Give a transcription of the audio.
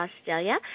Australia